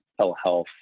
telehealth